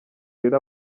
rero